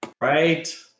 Right